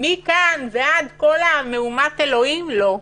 מכאן ועד כל המהומת אלוהים, לא.